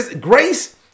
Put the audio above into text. Grace